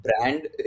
brand